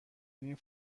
این